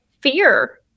fear